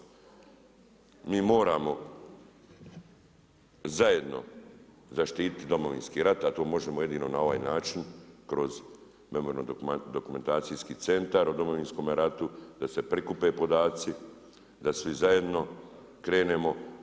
Mi moramo zajedno zaštiti Domovinski rat, a to možemo jedino na ovaj način kroz Memorijalno-dokumentacijski centar u Domovinskome ratu da se prikupe podaci, da svi zajedno krenemo.